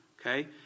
okay